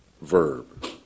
verb